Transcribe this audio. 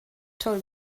told